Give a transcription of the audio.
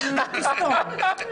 אז תסתום.